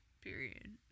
period